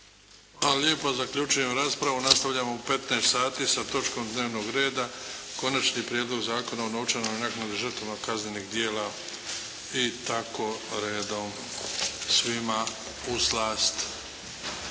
Hvala lijepa. Nastavljamo u 15 sati sa točkom dnevnog reda Konačni prijedlog zakona o novčanoj naknadi žrtvama kaznenih dijela. I tako redom, svima u slast.